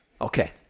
Okay